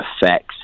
effects